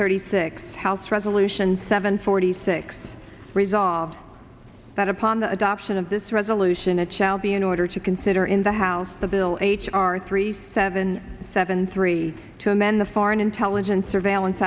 thirty six house resolution seven forty six resolved that upon the adoption of this resolution a child be in order to consider in the house the bill h r three seven seven three to amend the foreign intelligence surveillance